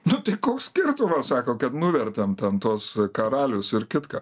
nu tai koks skirtumas sako kad nuvertėm ten tuos karalius ir kitką